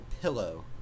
pillow